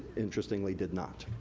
interestingly, did not.